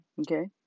okay